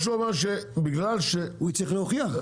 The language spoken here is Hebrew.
הוא יצטרך להוכיח.